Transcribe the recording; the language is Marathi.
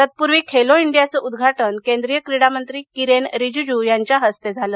तत्पुर्वी खेलो इंडीयाचं उदघाटन केंद्रीय क्रीडामंत्री किरेन रिजिजु यांच्या हस्ते झालं